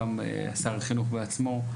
גם שר החינוך בעצמו,